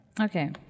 Okay